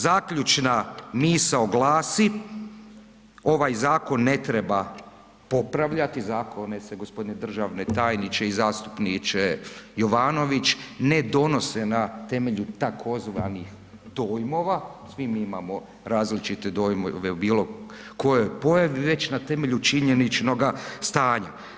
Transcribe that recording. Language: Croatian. Zaključna misao glasi, ovaj zakon ne treba popravljati, zakone se gospodine državni tajniče i zastupniče Jovanović ne donose na temelju tzv. dojmova, svi mi imamo različite dojmove o bilo kojoj pojavi, već na temelju činjeničnoga stanja.